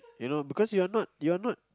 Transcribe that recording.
you know because you're not you're not